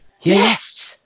Yes